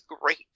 great